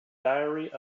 diary